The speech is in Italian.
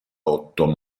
otto